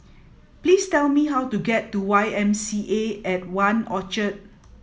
please tell me how to get to Y M C A at One Orchard